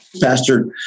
Pastor